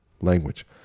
language